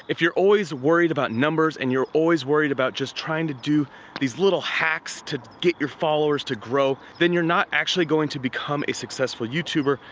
if you're always worried about numbers and you're always worried about just trying to do these little hacks to get your followers to grow, then you're not actually going to become a successful youtuber,